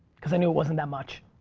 because i knew it wasn't that much.